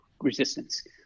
resistance